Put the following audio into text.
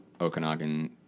Okanagan